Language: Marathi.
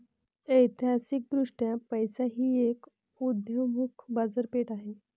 ऐतिहासिकदृष्ट्या पैसा ही एक उदयोन्मुख बाजारपेठ आहे